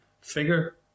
figure